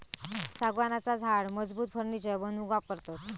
सागवानाचा झाड मजबूत फर्नीचर बनवूक वापरतत